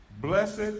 Blessed